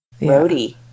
roadie